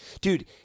Dude